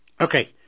Okay